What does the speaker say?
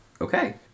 Okay